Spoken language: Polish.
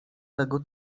tego